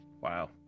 Wow